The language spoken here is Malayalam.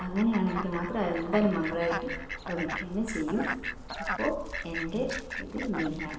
അങ്ങനെയാണെങ്കിൽ മാത്രം എന്തായാലും മംഗളമായിട്ട് ഭവിക്കുകതന്നെ ചെയ്യും അപ്പോൾ എൻ്റെ ഇത് ഇങ്ങനെയാണ്